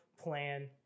plan